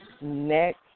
next